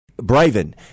Braven